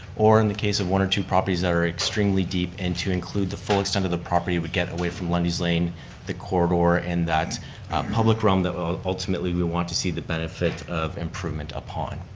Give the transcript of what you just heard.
or in the case of one or two properties that are extremely deep and to include the full extent of the property, we get away from lundy's lane the corridor in that public realm that ultimately we want to see the benefit of improvement upon.